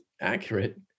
Accurate